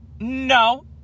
no